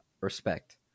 respect